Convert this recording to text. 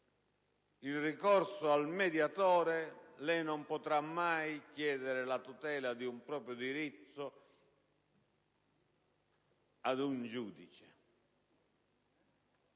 il ricorso al mediatore lei non potrà mai chiedere la tutela di un proprio diritto ad un giudice».